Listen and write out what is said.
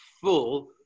full